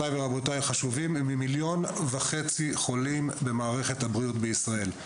ממיליון וחצי חולים במערכת הבריאות בישראל.